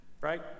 right